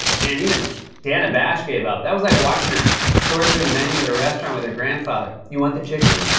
man, even dana bash gave up. that was like watching her sort through the menu at a restaurant with her grandfather. you want the chicken?